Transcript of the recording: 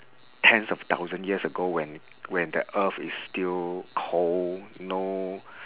tens of thousands years ago when when the earth is still cold no